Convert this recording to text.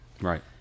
Right